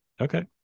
Okay